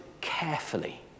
carefully